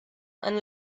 and